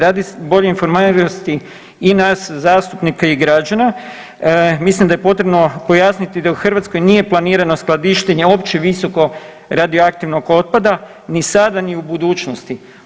Radi bolje informiranosti i nas zastupnika i građana mislim da je potrebno pojasniti da u Hrvatskoj nije planirano skladištenje opće visoko radioaktivnog otpada ni sada, ni u budućnosti.